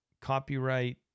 copyright